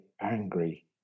angry